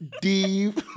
Deep